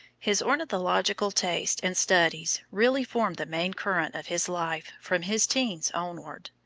his ornithological tastes and studies really formed the main current of his life from his teens onward.